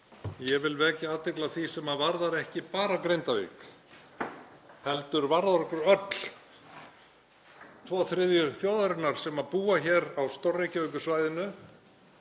Ég vil vekja athygli á því sem varðar ekki bara Grindavík heldur varðar okkur öll, tvo þriðju þjóðarinnar sem búa hér á Stór-Reykjavíkursvæðinu: